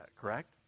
correct